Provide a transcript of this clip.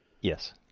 Yes